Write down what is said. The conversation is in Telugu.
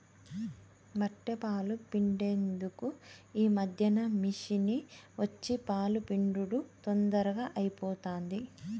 బఱ్ఱె పాలు పిండేందుకు ఈ మధ్యన మిషిని వచ్చి పాలు పిండుడు తొందరగా అయిపోతాంది